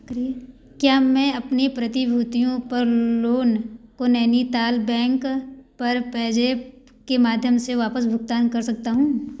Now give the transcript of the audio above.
क्या मैं अपने प्रतिभूतियों पर लोन को नैनीताल बैंक पर पेज़ैप के माध्यम से वापस भुगतान कर सकता हूँ